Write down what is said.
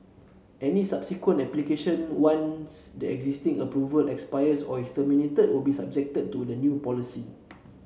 any subsequent application once the existing approval expires or is terminated will be subjected to the new policy